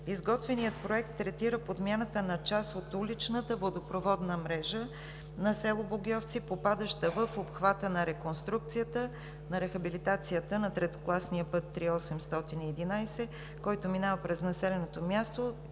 Изготвеният проект третира подмяната на част от уличната водопроводна мрежа на село Богьовци, попадаща в обхвата на реконструкцията, на рехабилитацията на третокласния път ІІІ-811, който минава през населеното място,